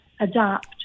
adapt